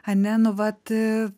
ane nu vat